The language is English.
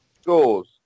scores